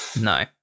no